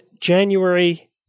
January